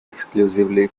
exclusively